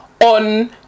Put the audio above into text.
on